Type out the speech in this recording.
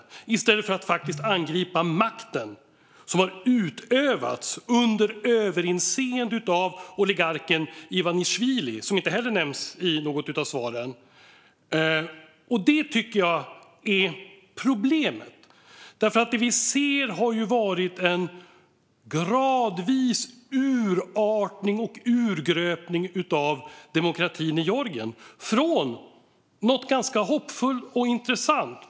Hon gör detta i stället för att faktiskt angripa makten som har utövats under överinseende av oligarken Ivanisjvili, som inte heller nämns i något av svaren. Det tycker jag är problemet, för det vi ser har varit ett gradvis urartande och en gradvis urgröpning av demokratin i Georgien från något ganska hoppfullt och intressant.